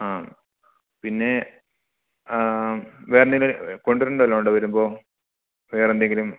ആ പിന്നെ വേറെ എന്തെങ്കിലും കൊണ്ട് വരേണ്ട വല്ലതും ഉണ്ടോ വരുമ്പോൾ വേറെ എന്തെങ്കിലും